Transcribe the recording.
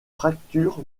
fracture